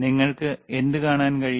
നിങ്ങൾക്ക് എന്ത് കാണാൻ കഴിയും